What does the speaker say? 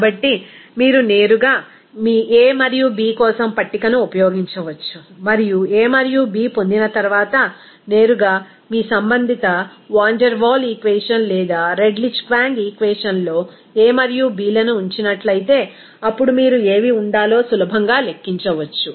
కాబట్టి మీరు నేరుగా మీ a మరియు b కోసం పట్టికను ఉపయోగించవచ్చు మరియు a మరియు b పొందిన తర్వాత మీరు నేరుగా మీ సంబంధిత వాన్ డెర్ వాల్ ఈక్వేషన్ లేదా రెడ్లిచ్ క్వాంగ్ ఈక్వేషన్ లో a మరియు b లను ఉంచినట్లయితే అప్పుడు మీరు ఏవి ఉండాలో సులభంగా లెక్కించవచ్చు